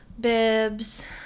Bibs